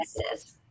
Yes